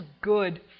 good